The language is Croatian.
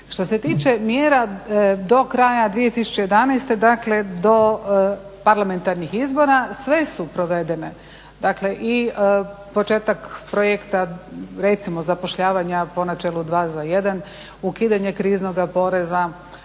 Što se tiče mjera do kraja 2011.dakle do parlamentarnih izbora, sve su provedene. Dakle i početak projekta recimo zapošljavanja po na čelu dva za jedan, ukidanje kriznog poreza,